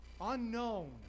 unknown